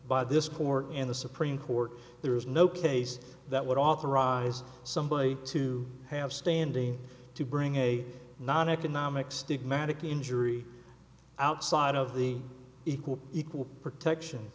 by this court in the supreme court there is no case that would authorize somebody to have standing to bring a non economic stigmatic injury outside of the equal equal protection